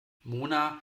mona